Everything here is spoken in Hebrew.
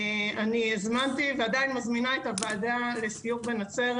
הזמנתי, ואני עדיין מזמינה את הוועדה לסיור בנצרת.